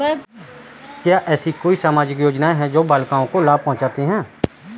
क्या ऐसी कोई सामाजिक योजनाएँ हैं जो बालिकाओं को लाभ पहुँचाती हैं?